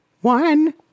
One